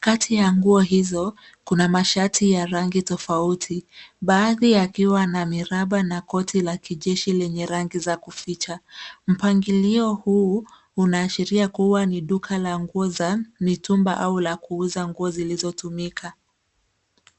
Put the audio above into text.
Kati ya nguo hizo, kuna mashati ya rangi tofauti, baadhi yakiwa na miraba na koti la kijeshi zenye rangi za kuficha. Mpangilio huu unaashiria kuwa ni duka la nguo za mitumba au la kuuza nguo zilizotumika.